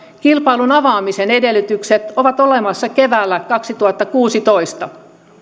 kilpailun avaamisen edellytykset ovat olemassa keväällä kaksituhattakuusitoista